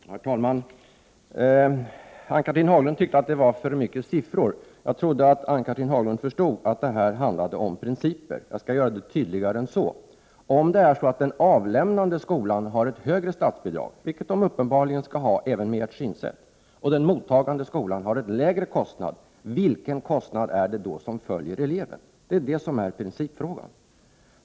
Herr talman! Ann-Cathrine Haglund tyckte att det var för mycket siffror. Jag trodde att hon förstod att det här handlade om principer. Jag skall göra det tydligare än så. Om den avlämnande skolan har ett högre statsbidrag, vilket den uppenbarligen skall ha även med ert synsätt, och den mottagande skolan har ett lägre statsbidrag, vilket statsbidrag är det då som följer eleven? Det är detta som är principfrågan.